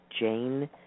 Jane